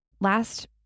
Last